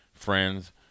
friends